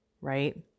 right